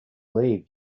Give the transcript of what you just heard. leave